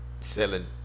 selling